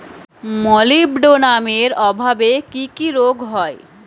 মলিবডোনামের অভাবে কি কি রোগ হয়?